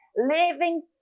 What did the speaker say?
Living